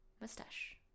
Mustache